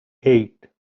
eight